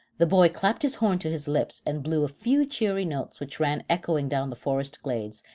the boy clapped his horn to his lips and blew a few cheery notes which ran echoing down the forest glades,